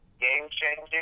game-changing